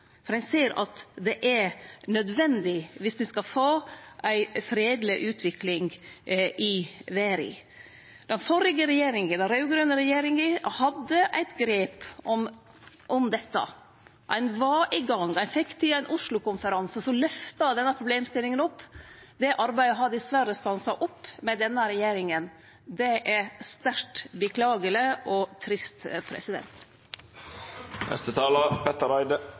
for ein ser at det er nødvendig om me skal få ei fredeleg utvikling i verda. Den raud-grøne regjeringa hadde eit grep om dette. Ein var i gang. Ein fekk til ein Oslo-konferanse, som løfta denne problemstillinga. Det arbeidet har dessverre stansa opp med denne regjeringa. Det er sterkt beklageleg og trist.